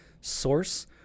source